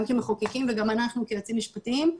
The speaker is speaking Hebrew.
גם כמחוקקים וגם אנחנו כיועצים משפטיים,